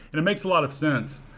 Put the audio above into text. it it makes a lot of sense.